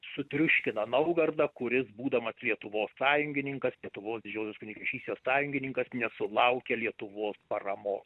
sutriuškina naugardą kuris būdamas lietuvos sąjungininkas lietuvos didžiosios kunigaikštystės sąjungininkas nesulaukė lietuvos paramos